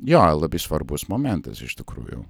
jo labai svarbus momentas iš tikrųjų